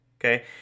Okay